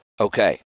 Okay